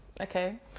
Okay